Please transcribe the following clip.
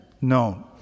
known